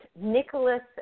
Nicholas